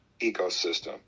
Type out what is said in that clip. ecosystem